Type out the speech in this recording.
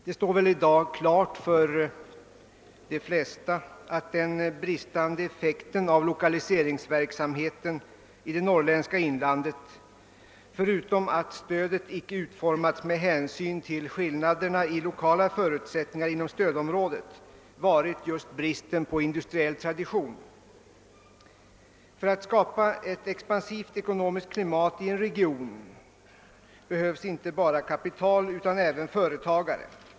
Det står väl i dag klart för de flesta att den bristande effekten av 1okaliseringsverksamheten i det norrländska inlandet förutom att stödet icke utformats med hänsyn till skillnaderna i lokala förutsättningar inom stödområdet varit just bristen på industriell tradition. För att skapa ett expansivt ekonomiskt klimat i en region behövs inte bara kapital utan även företagare.